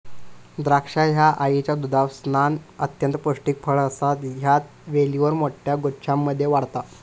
द्राक्षा ह्या आईच्या दुधासमान अत्यंत पौष्टिक फळ असा ह्या वेलीवर मोठ्या गुच्छांमध्ये वाढता